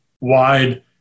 wide